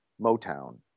Motown